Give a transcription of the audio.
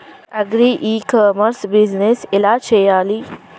Agri e commerce business ఎలా చెయ్యాలి?